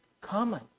common